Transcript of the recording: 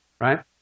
Right